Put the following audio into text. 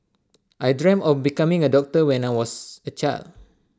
I dreamt of becoming A doctor when I was A child